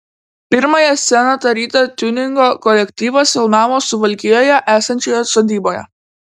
pirmąją sceną tą rytą tiuningo kolektyvas filmavo suvalkijoje esančioje sodyboje